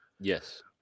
yes